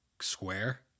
square